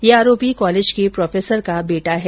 यह आरोपी काँलेज के प्रोफेसर का बेटा है